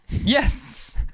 yes